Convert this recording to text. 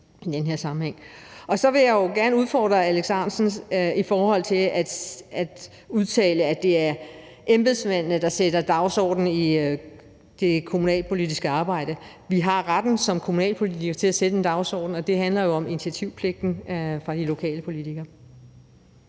Så vil jeg jo gerne udfordre Alex Ahrendtsen, i forhold til at han udtalte, at det er embedsmændene, der sætter dagsordenen i det kommunalpolitiske arbejde. Vi har retten som kommunalpolitikere til at sætte en dagsorden, og det handler jo om initiativpligten for de lokale politikere.